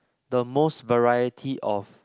the most variety of